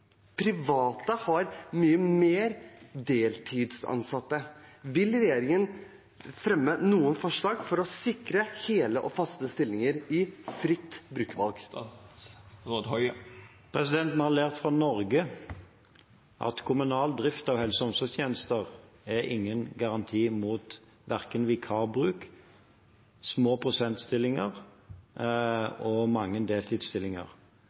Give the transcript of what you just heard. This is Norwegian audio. private har mange flere deltidsansatte. Vil regjeringen fremme noen forslag for å sikre hele og faste stillinger i fritt brukervalg? Vi har lært, fra Norge, at kommunal drift av helse- og omsorgstjenester ikke er noen garanti mot verken vikarbruk, små prosentstillinger eller mange deltidsstillinger.